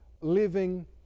living